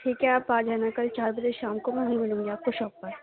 ٹھیک ہے آپ آ جانا کل چار بجے شام کو میں وہیں ملوں گی آپ کو شاپ پر